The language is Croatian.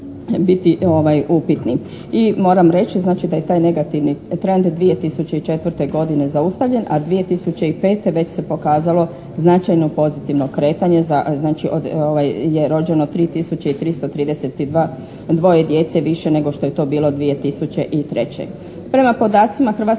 biti upitni. I moram reći, znači da je taj negativni trend 2004. godine zaustavljen, a 2005. već se pokazalo značajno pozitivno kretanje znači je rođeno 3 tisuće i 332 djece više nego što je to bilo 2003.